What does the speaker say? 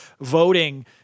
voting